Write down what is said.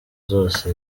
zose